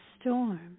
storm